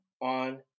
on